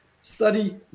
study